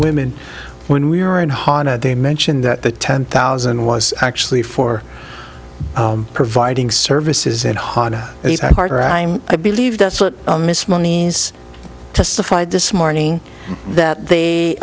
women when we were in honda they mentioned that the ten thousand was actually for providing services it harder and harder i'm i believe that's what miss money's testified this morning that they